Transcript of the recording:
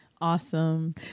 Awesome